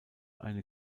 eine